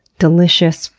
delicious,